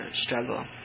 struggle